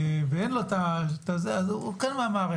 ואין לו את הזה, אז הוא חלק מהמערכת.